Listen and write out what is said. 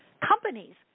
Companies